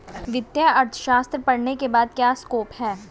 वित्तीय अर्थशास्त्र पढ़ने के बाद क्या स्कोप है?